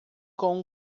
com